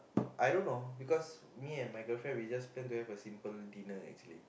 I don't know because me and my girlfriend we just plan to have a simple dinner actually